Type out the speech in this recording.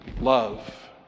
love